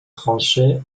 tranchée